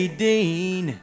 dean